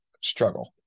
struggle